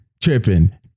tripping